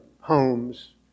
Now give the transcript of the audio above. homes